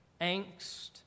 Angst